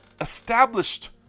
established